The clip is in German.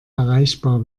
erreichbar